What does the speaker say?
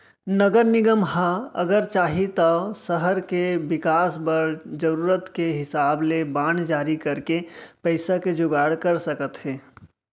नगर निगम ह अगर चाही तौ सहर के बिकास बर जरूरत के हिसाब ले बांड जारी करके पइसा के जुगाड़ कर सकत हे